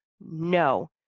no